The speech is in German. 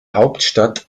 hauptstadt